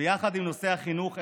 יחד עם נושא החינוך,